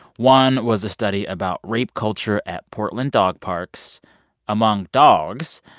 one was a study about rape culture at portland dog parks among dogs.